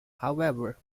however